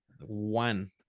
One